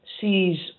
sees